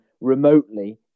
remotely